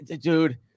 dude